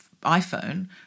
iPhone